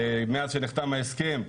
מאז שנחתם ההסכם,